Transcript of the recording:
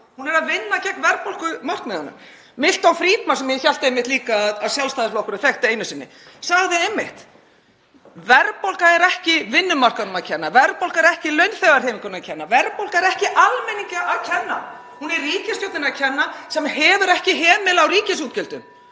Hún er að vinna gegn verðbólgumarkmiðunum. Milton Friedman, sem ég hélt einmitt líka að Sjálfstæðisflokkurinn hafi einu sinni þekkt, sagði einmitt: Verðbólga er ekki vinnumarkaðnum að kenna. Verðbólga er ekki launþegahreyfingunni að kenna. Verðbólga er ekki almenningi að kenna. Hún er ríkisstjórninni að kenna sem hefur ekki hemil á ríkisútgjöldum.